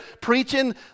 preaching